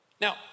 Now